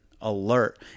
alert